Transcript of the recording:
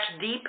deep